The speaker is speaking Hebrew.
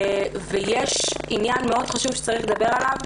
יש עניין חשוב מאוד שצריך לדבר עליו,